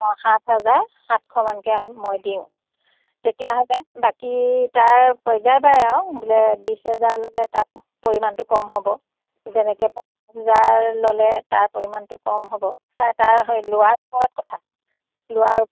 অঁ সাত হাজাৰ সাতশ মানকৈ আমি মই দিওঁ তেতিয়াহ'লে বাকী তাৰ পয্য়ায় বাই আৰু বোলে বিছ হেজাৰ ল'লে তাত পৰিমাণটো কম হ'ব যেনেকৈ পঞ্চাছ হেজাৰ ল'লে তাৰ পৰিমাণটো কম হ'ব চাই তাৰ হয় লোৱাৰ ওপৰত কথা লোৱাৰ ও